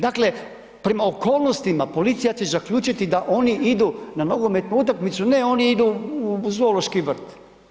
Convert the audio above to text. Dakle, prema okolnosti, policija će zaključiti da oni idu na nogometnu utakmicu, ne oni idu u zoološki vrt.